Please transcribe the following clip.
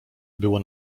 było